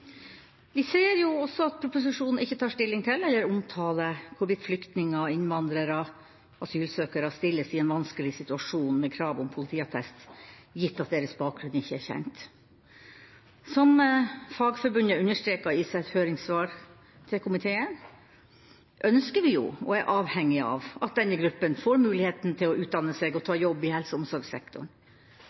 Vi ser også at proposisjonen ikke tar stilling til, eller omtaler, hvorvidt flyktninger, innvandrere og asylsøkere stilles i en vanskelig situasjon med krav om politiattest, gitt at deres bakgrunn ikke er kjent. Som Fagforbundet understreket i sitt høringssvar til komiteen, ønsker vi, og er avhengige av, at denne gruppen får mulighet til å utdanne seg og ta jobb i helse- og omsorgssektoren.